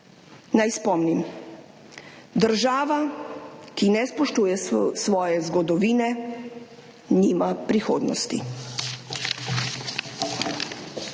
Naj spomnim, država, ki ne spoštuje svoje zgodovine, nima prihodnosti.